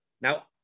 Now